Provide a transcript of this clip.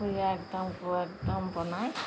একদম একদম বনাই